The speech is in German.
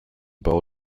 bau